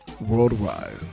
worldwide